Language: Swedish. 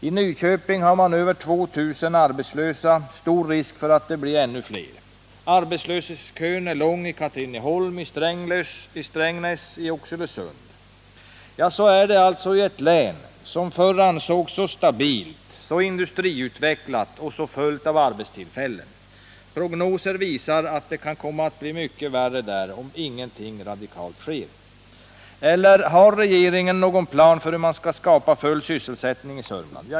I Nyköping har man över 2 000 arbetslösa och stor risk för att det blir ännu fler. Arbetslöshetskön är lång i Katrineholm, Strängnäs och Oxelösund. Så är det alltså nu i ett län som förr ansågs så stabilt, industriutvecklat och fullt av arbetstillfällen. Prognoser visar att det kan komma att bli mycket värre, om ingenting radikalt sker. Eller har regeringen någon plan för hur man skall skapa full sysselsättning i Sörmland?